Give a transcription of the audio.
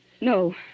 No